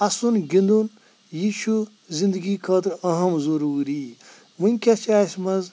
اَسُن گِنٛدُن یہِ چھُ زِندگی خٲطرٕ أہٕم ضوروٗری وٕنۍکٮ۪س چھِ اسہِ منٛز